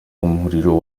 umuriro